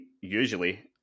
usually